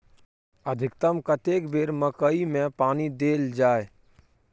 अधिकतम कतेक बेर मकई मे पानी देल जाय?